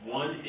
one